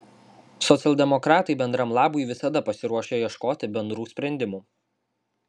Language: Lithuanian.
socialdemokratai bendram labui visada pasiruošę ieškoti bendrų sprendimų